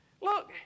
Look